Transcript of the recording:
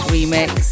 Remix